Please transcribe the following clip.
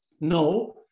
no